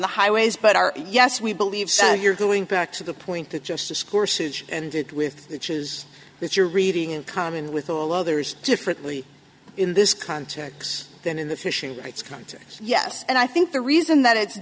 the highways but our yes we believe so you're going back to the point that just discourse which ended with which is that you're reading in common with all others differently in this context than in the fishing rights context yes and i think the reason that it's